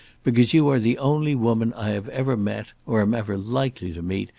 because you are the only woman i have ever met, or am ever likely to meet,